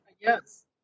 yes